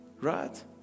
Right